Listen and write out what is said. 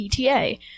ETA